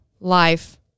life